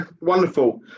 wonderful